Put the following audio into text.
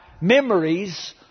memories